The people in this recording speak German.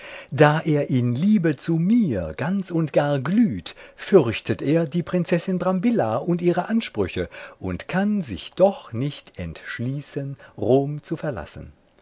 da er in liebe zu mir ganz und gar glüht fürchtet er die prinzessin brambilla und ihre ansprüche und kann sich doch nicht entschließen rom zu verlassen